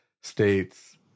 states